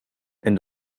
and